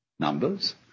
numbers